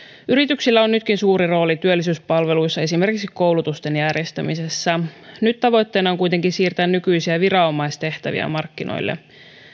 yrityksillä on nytkin suuri rooli työllisyyspalveluissa esimerkiksi koulutusten järjestämisessä nyt tavoitteena on kuitenkin siirtää nykyisiä viranomaistehtäviä markkinoille